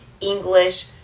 English